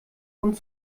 und